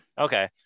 okay